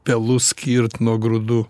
pelus skirt nuo grūdų